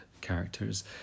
characters